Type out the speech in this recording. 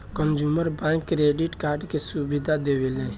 consumer bank credit card के सुविधा देवेला